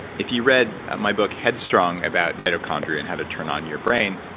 if you read my book headstrong about mitochondria and how to turn on your brain,